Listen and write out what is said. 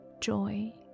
joy